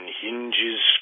hinges